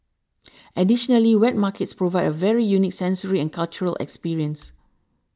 additionally wet markets provide a very unique sensory and cultural experience